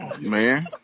Man